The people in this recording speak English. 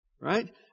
Right